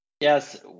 Yes